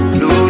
no